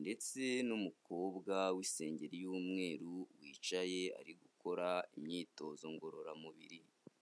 ndetse n'umukobwa w'isengeri y'umweru wicaye ari gukora imyitozo ngororamubiri.